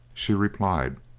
she replied